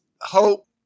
hope